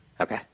Okay